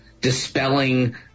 dispelling